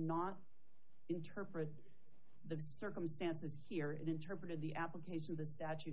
not interpret the circumstances here interpreted the application to